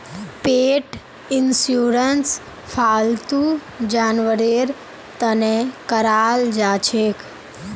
पेट insurance फालतू जानवरेर तने कराल जाछेक